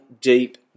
deep